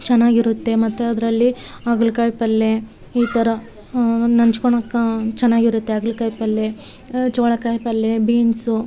ಚೆನ್ನಾಗಿರುತ್ತೆ ಮತ್ತು ಅದರಲ್ಲಿ ಹಾಗಲಕಾಯಿ ಪಲ್ಯೆ ಈ ಥರ ನಂಚ್ಕೋಳೋಕಾ ಚೆನ್ನಾಗಿರುತ್ತೆ ಹಾಗಲ್ಕಾಯಿ ಪಲ್ಯೆ ಜೋಳಕಾಯಿ ಪಲ್ಯೆ ಬಿನ್ಸು